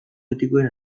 etikoen